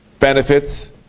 benefits